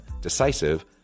decisive